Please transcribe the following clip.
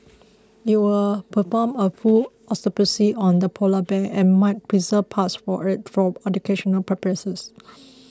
it will perform a full autopsy on the polar bear and might preserve parts of it for educational purposes